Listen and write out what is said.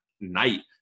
night